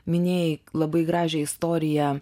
minėjai labai gražią istoriją